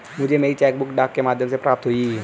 मुझे मेरी cheque book डाक के माध्यम से प्राप्त हुई है